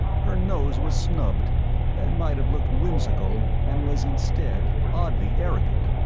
her nose was snubbed and might have looked whimsical and was instead oddly arrogant.